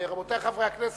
רבותי חברי הכנסת,